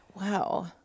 Wow